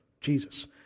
Jesus